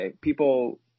people